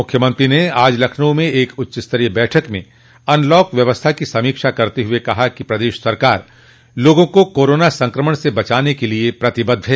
मुख्यमंत्री ने आज लखनऊ में एक उच्चस्तरीय बैठक में अनलॉक व्यवस्था की समीक्षा करते हुए कहा कि प्रदेश सरकार लोगों को कोरोना संक्रमण से बचाने के लिये प्रतिबद्ध है